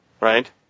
right